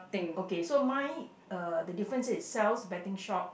okay so mine uh the difference is Sal's betting shop